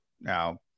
Now